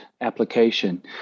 application